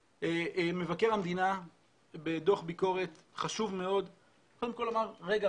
מבקר המדינה בדוח ביקורת חשוב מאוד קודם כל אמר רגע,